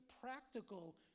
practical